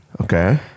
Okay